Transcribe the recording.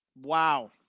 Wow